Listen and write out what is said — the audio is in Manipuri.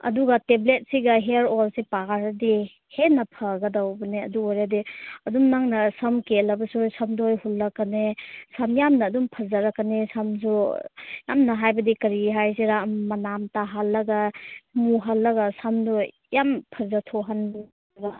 ꯑꯗꯨꯒ ꯇꯦꯕ꯭ꯦꯠꯁꯤꯒ ꯍꯤꯌꯔ ꯑꯣꯏꯜꯁꯤ ꯄꯥꯔꯗꯤ ꯍꯦꯟꯅ ꯐꯒꯗꯧꯕꯅꯦ ꯑꯗꯨ ꯑꯣꯏꯔꯗꯤ ꯑꯗꯨꯝ ꯅꯪꯅ ꯁꯝ ꯀꯦꯜꯂꯕꯁꯨ ꯁꯝꯗꯨ ꯍꯧꯔꯛꯀꯅꯤ ꯁꯝ ꯌꯥꯝꯅ ꯑꯗꯨꯝ ꯐꯖꯔꯛꯀꯅꯤ ꯁꯝꯁꯨ ꯌꯥꯝꯅ ꯍꯥꯏꯕꯗꯤ ꯀꯔꯤ ꯍꯥꯏꯁꯤꯔꯥ ꯎꯝ ꯃꯅꯥꯝ ꯇꯥꯍꯜꯂꯒ ꯃꯨꯍꯜꯂꯒ ꯁꯝꯗꯨ ꯌꯥꯝ ꯐꯖꯊꯣꯛꯍꯟꯕ